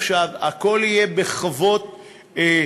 הכול יהיה ממוחשב, הכול יהיה בחוות מחשבים,